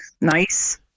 nice